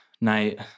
night